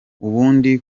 ubundi